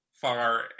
far